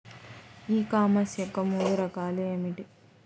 ఈ కామర్స్ యొక్క మూడు రకాలు ఏమిటి?